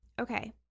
Okay